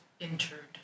entered